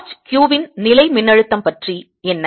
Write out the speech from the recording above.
charge q இன் நிலை மின்னழுத்தம் பற்றி என்ன